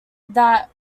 that